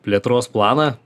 plėtros planą